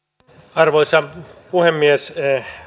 arvoisa puhemies